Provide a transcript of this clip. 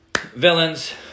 Villains